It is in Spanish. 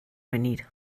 venir